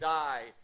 die